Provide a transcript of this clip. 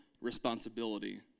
responsibility